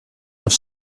have